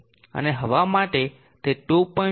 અને હવા માટે તે 2